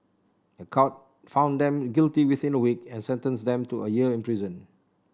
a court found them guilty within a week and sentenced them to a year in prison